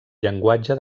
llenguatge